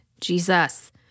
Jesus